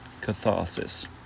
catharsis